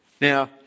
Now